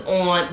on